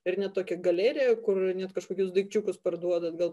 ir net tokią galeriją kur net kažkokius daikčiukus parduodat gal